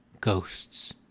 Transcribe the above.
ghosts